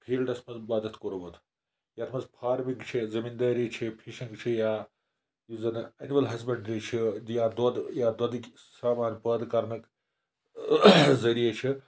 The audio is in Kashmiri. فیٖلڈَس منٛز مَدد کوٚرمُت یَتھ منٛز فارمِنٛگ چھِ یا زٔمیٖندٲری چھِ یا فِشِنٛگ چھِ یا یُس زَن اٮ۪نِمٕل ہزبٮ۪نٛڈِرٛی چھِ یا دۄد یا دۄدٕکۍ سامان پٲدٕ کَرنٕکۍ ذٔریعہِ چھِ